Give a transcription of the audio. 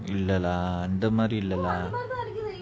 இல்ல அந்த மாறி இல்ல:illa antha maari illa lah